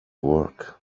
work